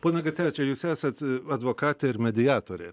ponia geceviče čia jūs esat advokatė ir mediatorė